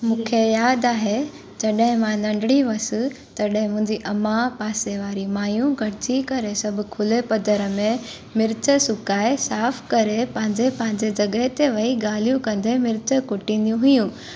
मूंखे यादि आहे जॾहिं मां नंढणी हुयसि तॾहिं मुंहिंजी अम्मा पासे वारी माइयूं गॾिजी करे सभु खुले पधर में मिर्च सुकाए साफ़ करे पंहिंजे पंहिंजे जॻह ते वेही ॻाल्हियूं कंदे मिर्च कुटंदी हुइयूं